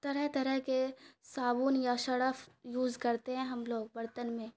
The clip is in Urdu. طرح طرح کے صابن یا شڑف یوز کرتے ہیں ہم لوگ برتن میں